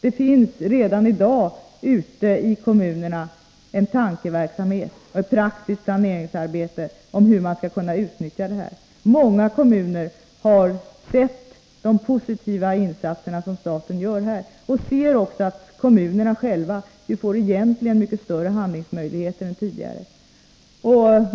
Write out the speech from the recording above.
Det pågår redan i dag ute i kommunerna en tankeverksamhet och ett praktiskt planeringsarbete inför hur man skall kunna utnyttja det här. Många kommuner har sett de positiva insatser som staten har gjort, och de ser också att de egentligen får mycket större handlingsmöjligheter än tidigare.